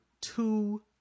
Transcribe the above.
two